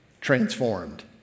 transformed